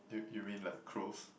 you you mean like crows